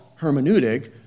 hermeneutic